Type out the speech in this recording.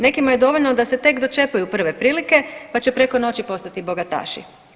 Nekima je dovoljno da se tek dočepaju prve prilike, pa će preko noći postati bogataši.